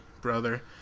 brother